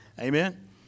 Amen